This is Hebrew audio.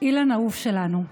אילן אהוב שלנו,